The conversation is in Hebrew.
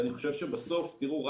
ואני חושב שבסוף תראו,